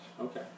Okay